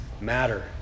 matter